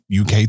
UK